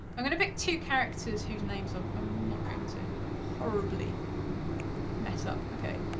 i'm gonna pick two characters whose names i'm i'm not going to horribly mess up, okay.